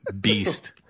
beast